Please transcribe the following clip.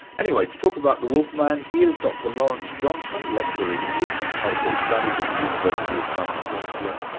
anyway, to talk about the wolf man, here's dr lawrence johnson, lecturer in english and cultural studies at the university of southern queensland,